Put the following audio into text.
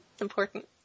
important